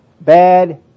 Bad